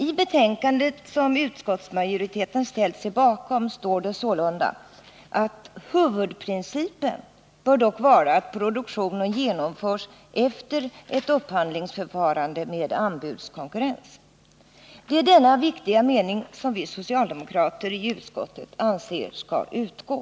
I betänkandet, som utskottsmajoriteten ställt sig bakom, står det sålunda: ”Huvudprincipen bör dock vara att produktionen genomförs efter ett upphandlingsförfarande med anbudskonkurrens.” Det är denna viktiga Nr 33 mening som vi socialdemokrater i utskottet anser skall utgå.